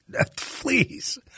please